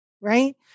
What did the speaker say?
right